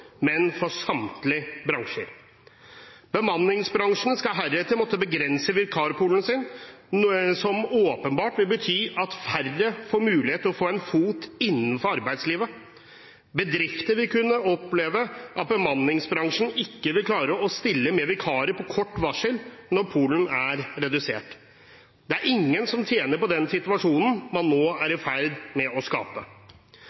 men for samtlige bransjer. Bemanningsbransjen skal heretter måtte begrense vikarpoolen sin, noe som åpenbart vil bety at færre får mulighet til å få en fot innenfor arbeidslivet. Bedrifter vil kunne oppleve at bemanningsbransjen ikke vil klare å stille med vikarer på kort varsel når poolen er redusert. Det er ingen som tjener på situasjonen man nå er